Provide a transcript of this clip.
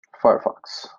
firefox